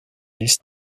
liste